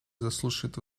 заслушает